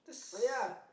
ya